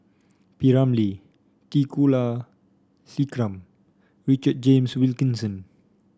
P Ramlee T Kulasekaram Richard James Wilkinson